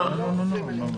לא, לא.